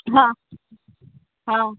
हँ हँ